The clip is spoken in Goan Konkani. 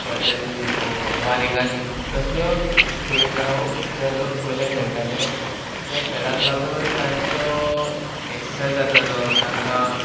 गोड्ड्यांनी वारिंगांनी कसल्यो खेळ जावं जो लोक पयले खेळटाले त्या खेळाक लागून तांचो एक्ससायज जातालो तांकां